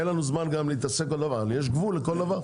גם אין לנו זמן להתעסק בכל דבר, יש גבול לכל דבר.